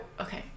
Okay